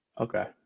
Okay